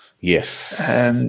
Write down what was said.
Yes